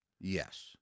Yes